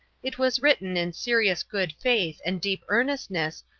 it was written in serious good faith and deep earnestness,